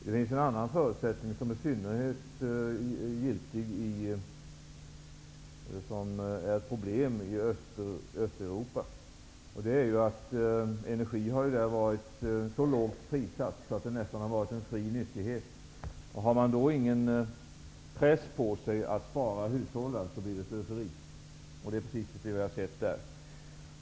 Det finns en annan förutsättning, som i synnerhet är ett problem i Östeuropa. Det är att energin där har varit så lågt prissatt att den nästan har varit en fri nyttighet. Om man då inte har någon press på sig att spara och hushålla, blir det slöseri. Det är precis det som vi har sett där.